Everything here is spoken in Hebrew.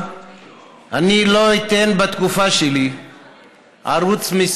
אני לא אתן בתקופה שלי שיביאו להחשכתו של ערוץ,